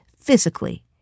physically